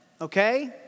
okay